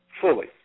fully